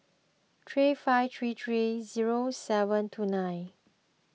three five three three zero seven two nine